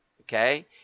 Okay